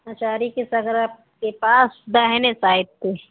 आचारी के सगरा के पास दाहिने साइड पर